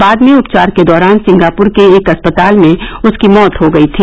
बाद में उपचार के दौरान सिंगापुर के एक अस्पताल में उसकी मौत हो गई थी